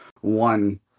one